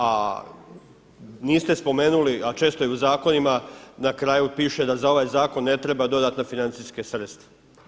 A niste spomenuli, a često je u zakonima na kraju piše da za ovaj zakon ne treba dodatna financijska sredstva.